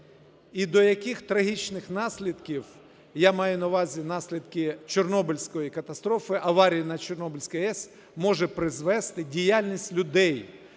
…і до яких трагічних наслідків, я маю на увазі наслідки Чорнобильської катастрофи, аварії на Чорнобильській АЕС може призвести діяльність людей.